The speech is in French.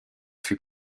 fut